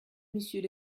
monsieur